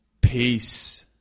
Peace